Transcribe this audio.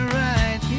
right